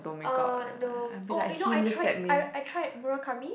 uh no oh you know I tried I I tried Murakami